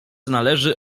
należy